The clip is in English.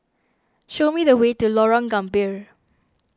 show me the way to Lorong Gambir